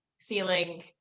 feeling